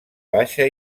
baixa